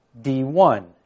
D1